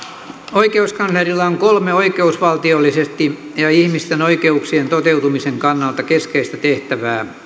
oikeuskanslerilla on kolme oikeusvaltiollisesti ja ihmisten oikeuksien toteutumisen kannalta keskeistä tehtävää